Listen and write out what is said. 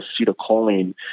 acetylcholine